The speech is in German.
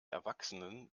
erwachsenen